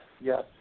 yes